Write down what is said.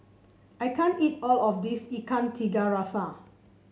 I can't eat all of this Ikan Tiga Rasa